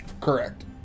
Correct